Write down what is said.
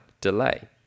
delay